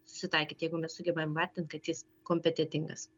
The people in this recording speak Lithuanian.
susitaikyti jeigu mes sugebam įvertint kad jis kompetentingas